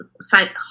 site